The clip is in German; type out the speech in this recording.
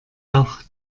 auch